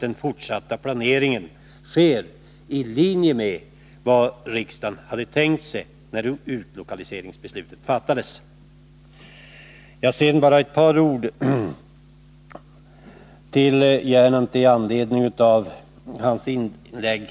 en fortsatt planering i linje med vad riksdagen tänkte sig när utlokaliseringsbeslutet fattades. Sedan bara ett par ord till Anders Gernandt i anledning av hans inlägg.